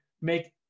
make